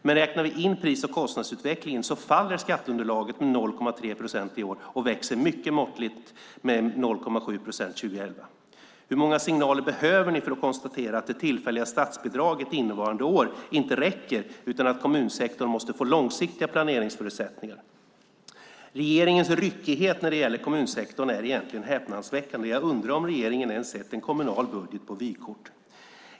Men om vi räknar in pris och kostnadsutvecklingen minskar skatteunderlaget med 0,3 procent i år och växer mycket måttligt med 0,7 procent 2011. Hur många signaler behöver ni för att konstatera att det tillfälliga statsbidraget innevarande år inte räcker utan att kommunsektorn måste få långsiktiga planeringsförutsättningar? Regeringens ryckighet när det gäller kommunsektorn är egentligen häpnadsväckande. Jag undrar om regeringen sett en kommunal budget ens på vykort.